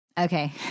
Okay